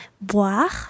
boire